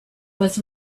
was